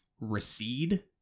recede